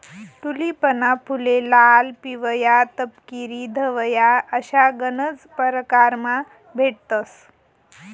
टूलिपना फुले लाल, पिवया, तपकिरी, धवया अशा गनज परकारमा भेटतंस